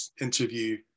interview